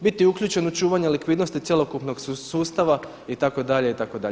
Biti uključen u čuvanje likvidnosti cjelokupnog sustava itd. itd.